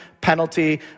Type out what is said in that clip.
penalty